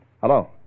Hello